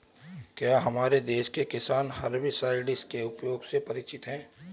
क्या हमारे देश के किसान हर्बिसाइड्स के प्रयोग से परिचित हैं?